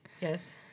Yes